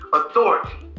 authority